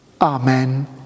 Amen